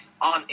on